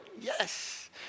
Yes